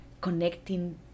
connecting